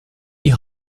die